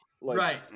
right